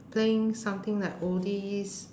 playing something like oldies